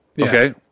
Okay